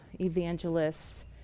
evangelists